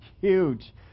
Huge